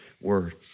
word